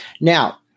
Now